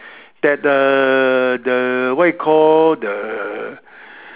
that the the what you call the